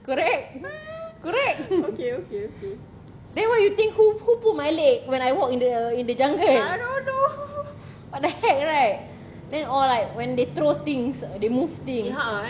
correct correct then why you think who who pull my leg when I walk in the in the jungle what the heck right then all like when they throw things they move things